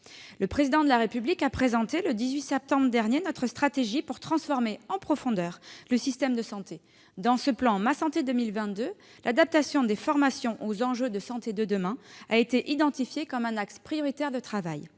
Le Président de la République a présenté, le 18 septembre dernier, notre stratégie pour transformer en profondeur le système de santé. Dans ce plan, intitulé « Ma santé 2022 », l'adaptation des formations aux enjeux de santé de demain a été identifiée comme un axe prioritaire de travail,